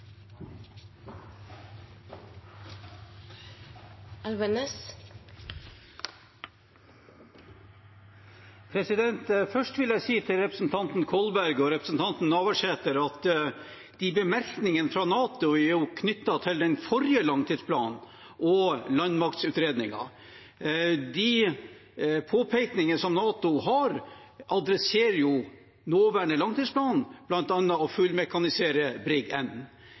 Først vil jeg si til representanten Kolberg og representanten Navarsete at til bemerkningen fra NATO knyttet til den forrige langtidsplanen og landmaktutredningen og de påpekningene som NATO har, adresserer nåværende langtidsplan bl.a. å fullmekanisere